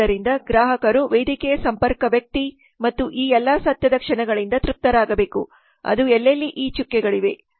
ಆದ್ದರಿಂದ ಗ್ರಾಹಕರು ವೇದಿಕೆಯ ಸಂಪರ್ಕ ವ್ಯಕ್ತಿ ಮತ್ತು ಈ ಎಲ್ಲಾ ಸತ್ಯದ ಕ್ಷಣಗಳಿಂದ ತೃಪ್ತರಾಗಬೇಕು ಅದು ಎಲ್ಲೆಲ್ಲಿ ಈ ಚುಕ್ಕೆಗಳಿವೆ